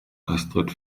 astrid